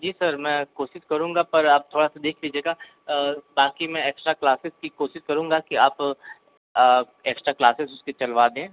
जी sir मैं कोशिश करूंगा पर आप थोड़ा सा देख लीजिएगा बाकी मैं एक्स्ट्रा क्लासेस की कोशिश करूँगा कि आप एक्स्ट्रा क्लासेस उसकी चलवा दें